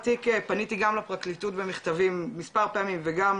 פניתי גם לפרקליטות במכתבים מספר פעמים וגם